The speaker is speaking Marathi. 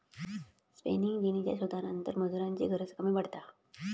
स्पेनिंग जेनीच्या शोधानंतर मजुरांची गरज कमी पडता